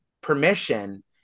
permission